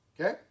Okay